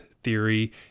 theory